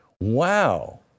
Wow